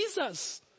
Jesus